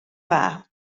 dda